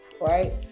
right